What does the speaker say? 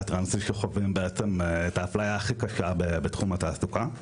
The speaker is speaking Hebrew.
הטרנסית שחווים בעצם את האפליה הכי קשה בתחום התעסוקה.